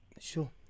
Sure